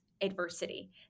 adversity